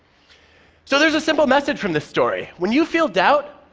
so there's a simple message from this story. when you feel doubt,